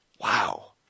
wow